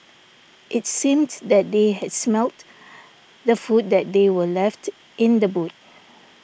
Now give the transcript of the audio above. it seemed that they had smelt the food that they were left in the boot